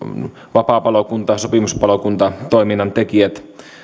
vapaapalokunta sopimuspalokuntatoiminnan tekijät